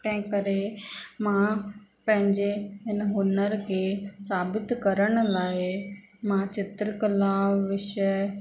तंहिं करे मां पंहिंजे हिन हुनर खे साबित करण लाइ मां चित्रकला विषय